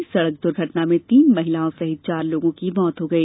इस सड़क दुर्घटना में तीन महिलाओं सहित चार लोगों की मृत्यु हो गई